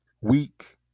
weak